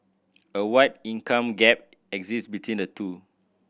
a wide income gap exist between the two